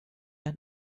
ein